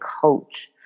coach